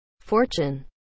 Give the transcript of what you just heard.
Fortune